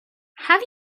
have